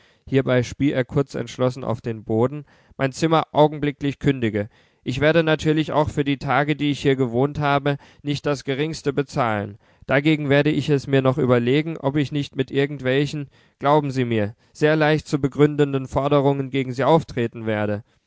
hierbei spie er kurz entschlossen auf den boden mein zimmer augenblicklich kündige ich werde natürlich auch für die tage die ich hier gewohnt habe nicht das geringste bezahlen dagegen werde ich es mir noch überlegen ob ich nicht mit irgendwelchen glauben sie mir sehr leicht zu begründenden forderungen gegen sie auftreten werde